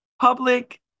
public